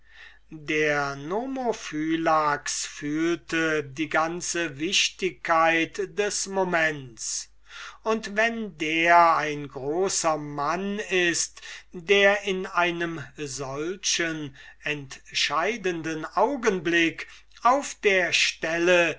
der nomophylax fühlte die ganze entscheidende wichtigkeit des moments und wenn der ein großer mann ist der in einem solchen entscheidenden augenblick auf der stelle